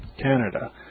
Canada